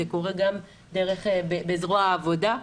זה קורה גם בזרוע העבודה.